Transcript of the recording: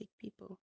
people